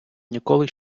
ніколи